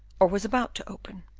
or was about to open.